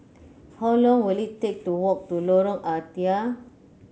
how long will it take to walk to Lorong Ah Thia